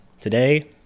Today